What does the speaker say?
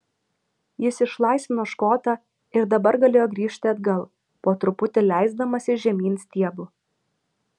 jis išlaisvino škotą ir dabar galėjo grįžti atgal po truputį leisdamasis žemyn stiebu